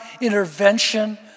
intervention